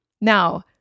Now